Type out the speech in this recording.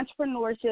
entrepreneurship